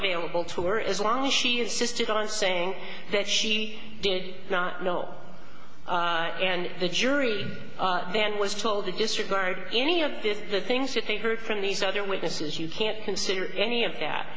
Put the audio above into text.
available to or as long as she insisted on saying that she did not know and the jury then was told to disregard any of this the things you think heard from these other witnesses you can't consider any of that